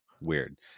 Weird